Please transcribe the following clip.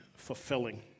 fulfilling